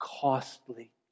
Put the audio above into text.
costly